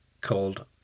called